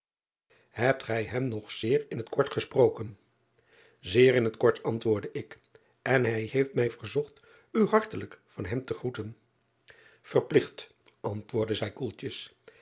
ebt gij hem nog zeer in het kort gesproken eer in het kort antwoordde ik en hij heeft mij verzocht u hartelijk van hem te groeten erpligt antwoordde zij koeltjes